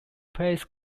plays